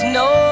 no